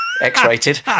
x-rated